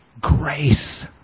grace